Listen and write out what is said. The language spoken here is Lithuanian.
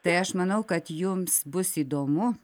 tai aš manau kad jums bus įdomu